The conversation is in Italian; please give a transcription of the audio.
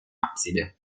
abside